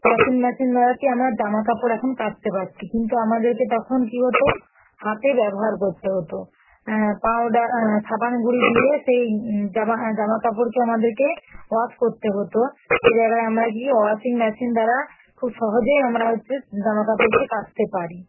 washing machine দ্বারা কি আমরা জামাকাপড় এখন কাচতে পারছি কিন্তু আমাদেরকে তখন কি হতো হাতে ব্যবহার করতে হতো পাউডার সাবানগুড়ি দিয়ে সেই জামাকাপড়কে আমাদেরকে ওয়াশ করতে হতো সে জায়গায় আমরা কি ওয়াশিং মেশিন দ্বারা খুব সহজেই আমরা হচ্ছে জামাকাপড়কে কাচতে পারি